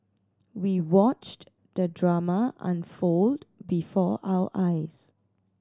we watched the drama unfold before our eyes